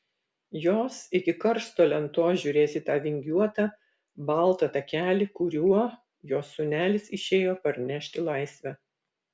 jos iki karsto lentos žiūrės į tą vingiuotą baltą takelį kuriuo jos sūnelis išėjo parnešti laisvę